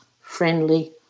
friendly